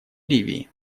ливии